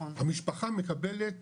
המשפחה מקבלת